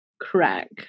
Crack